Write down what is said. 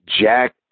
Jack